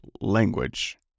language